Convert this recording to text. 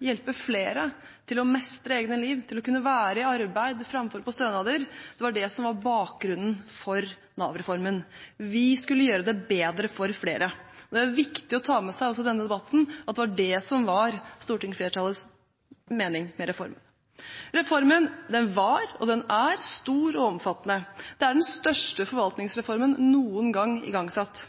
hjelpe flere til å mestre eget liv, til å kunne være i arbeid framfor på stønader, som var bakgrunnen for Nav-reformen. Vi skulle gjøre det bedre for flere. Det er viktig å ha med seg også i denne debatten, at det var det som var stortingsflertallets mening med reformen. Reformen var og er stor og omfattende. Det er den største forvaltningsreformen som er igangsatt noen gang. Den ble igangsatt